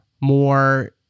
more